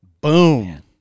Boom